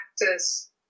practice